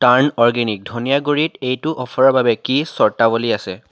টাৰ্ণ organic ধনীয়া গুড়িত এইটো অফাৰৰ বাবে কি চৰ্তাৱলী আছে